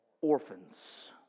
orphans